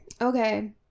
Okay